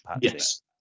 yes